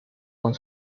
con